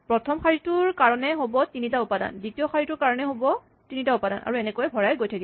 প্ৰথম শাৰীটোৰ কাৰণে হ'ব তিনিটা উপাদান দ্বিতীয় শাৰীটোৰ কাৰণে হ'ব তিনিটা উপাদান আৰু এনেকৈয়ে ভৰাই গৈ থাকিম